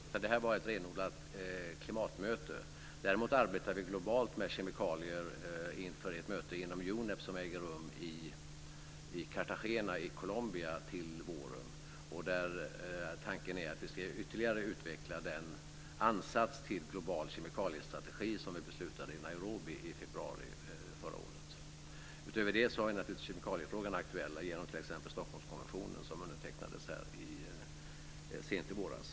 Fru talman! Kemikalier togs inte upp. Det här var ett renodlat klimatmöte. Däremot arbetar vi globalt med kemikalier inför ett möte inom UNEP som äger rum i Cartagena i Colombia till våren, där tanken är att vi ska ytterligare utveckla den ansats till global kemikaliestrategi som vi beslutade om i Nairobi i februari förra året. Utöver det är naturligtvis kemikaliefrågan aktuell genom t.ex. Stockholmskonventionen som undertecknades här sent i våras.